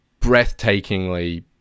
breathtakingly